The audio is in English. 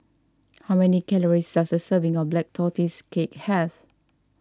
how many calories does a serving of Black Tortoise Cake have